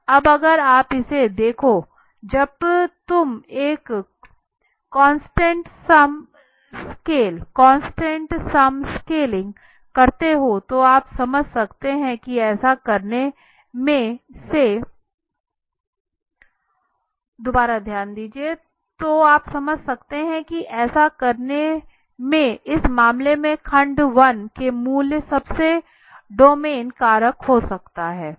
अब अगर आप इसे देखो जब तुम एक कॉन्स्टेंट सम स्केल करते हो तो आप समझ सकते हैं कि ऐसा करने से में इस मामले में खंड 1 में मूल्य सबसे डोमेन कारक हो जाता है